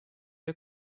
der